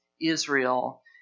Israel